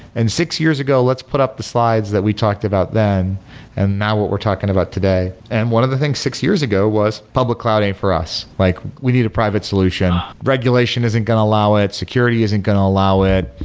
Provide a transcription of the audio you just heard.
and six years ago, let's put up the slides that we talked about then and now what we're talking about today. and one of the things six years ago was public cloud ain't for us. like we need a private solution. regulation isn't going to allow it. security isn't going to allow it.